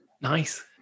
Nice